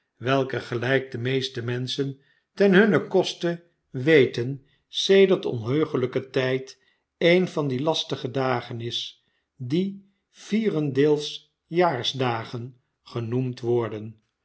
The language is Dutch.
elke gelijk de meeste menl en ste wete sed ert onheuglijken tijd een van die lastige dagen is die vierendeeljaarsdagen genoemd worden